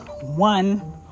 one